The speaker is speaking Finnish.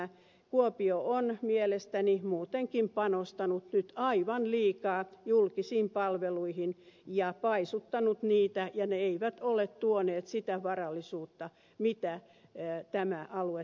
kuopio on mielestäni muutenkin panostanut nyt aivan liikaa julkisiin palveluihin ja paisuttanut niitä ja ne eivät ole tuoneet sitä varallisuutta mitä tämä alue tarvitsisi